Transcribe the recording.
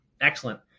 Excellent